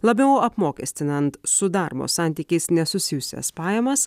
labiau apmokestinant su darbo santykiais nesusijusias pajamas